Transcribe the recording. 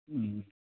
ம்